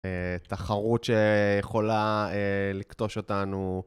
תחרות שיכולה לכתוש אותנו.